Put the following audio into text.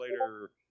later